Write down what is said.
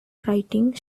writing